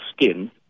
skin